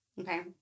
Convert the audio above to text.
Okay